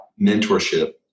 mentorship